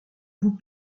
vous